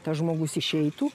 tas žmogus išeitų